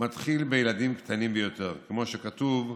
מתחיל בילדים קטנים ביותר, כמו שכתוב בפסוק: